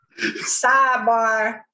sidebar